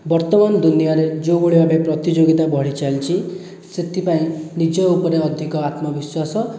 ବର୍ତ୍ତମାନ ଦୁନିଆରେ ଯେଉଁଭଳି ଭାବେ ପ୍ରତିଯୋଗୀତା ବଢ଼ିଚାଲିଛି ସେଥିପାଇଁ ନିଜ ଉପରେ ଅଧିକ ଆତ୍ମବିଶ୍ଵାସ